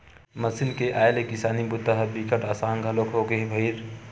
machine मन के आए ले किसानी के बूता ह बिकट असान घलोक होगे हे भईर